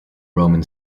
roman